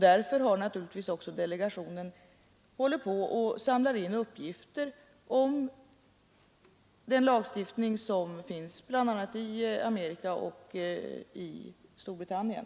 Därför samlar naturligtvis delegationen in uppgifter om den lagstiftning som finns, bl.a. i Amerika och i Storbritannien.